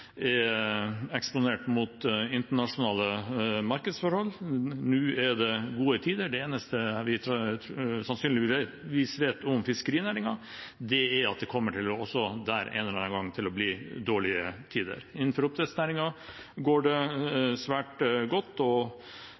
eksponert for internasjonale markedsforhold. Nå er det gode tider. Det eneste vi sannsynligvis vet om fiskerinæringen, er at det også der, en eller annen gang, kommer til å bli dårlige tider. Innenfor oppdrettsnæringen går det svært godt,